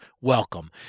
welcome